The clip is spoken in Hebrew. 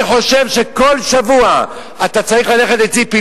אני חושב שכל שבוע אתה צריך ללכת לציפי